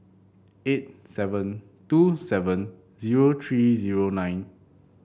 eight seven two seven zero three zero nine